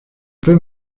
peux